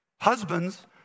husbands